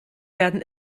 werden